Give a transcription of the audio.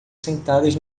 sentadas